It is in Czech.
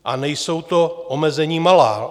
A nejsou to omezení malá.